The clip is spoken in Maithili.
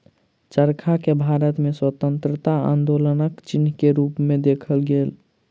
चरखा के भारत में स्वतंत्रता आन्दोलनक चिन्ह के रूप में देखल गेल